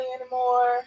anymore